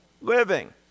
living